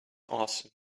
awesome